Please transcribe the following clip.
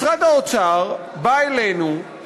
משרד האוצר בא אלינו,